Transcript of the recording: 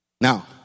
Now